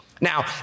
Now